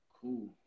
Cool